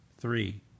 Three